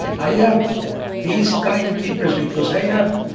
i have these timekeepers because i have,